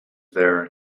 there